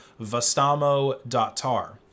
vastamo.tar